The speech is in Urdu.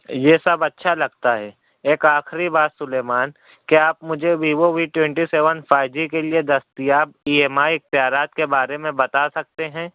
یہ سب اچھا لگتا ہے ایک آخری بات سلیمان کیا آپ مجھے Vivo V twenty seven five G کے لیے دستیاب ای ایم آئی اختیارات کے بارے میں بتا سکتے ہیں